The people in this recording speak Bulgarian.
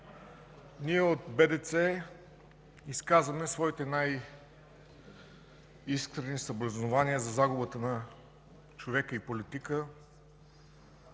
център изказваме своите най-искрени съболезнования за загубата на човека и политика